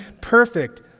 perfect